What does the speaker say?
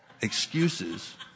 excuses